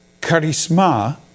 charisma